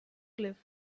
cliff